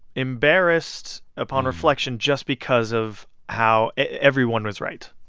embarrassed upon reflection just because of how everyone was right.